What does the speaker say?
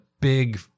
big